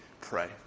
pray